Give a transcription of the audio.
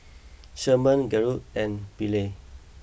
Sherman Gertrude and Billye